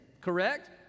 correct